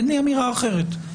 אין לי אמירה אחרת.